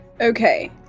Okay